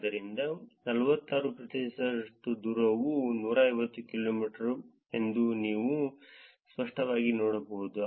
ಆದ್ದರಿಂದ 46 ಪ್ರತಿಶತದಷ್ಟು ದೂರವು 150 ಕಿಲೋಮೀಟರ್ ಎಂದು ನೀವು ಸ್ಪಷ್ಟವಾಗಿ ನೋಡಬಹುದು